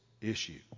issue